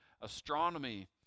astronomy